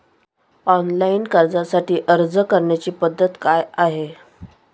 Online कर्जासाठी अर्ज करण्याची पद्धत काय आहे?